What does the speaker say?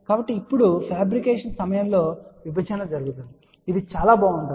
కాబట్టి ఇప్పుడు ఫ్యాబ్రికేషన్ సమయంలోనే విభజన జరుగుతుంది ఇది చాలా బాగుంది